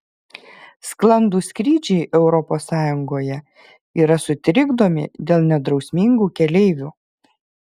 sklandūs skrydžiai europos sąjungoje yra sutrikdomi dėl nedrausmingų keleivių